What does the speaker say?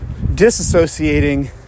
disassociating